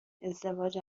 ازدواج